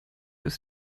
ist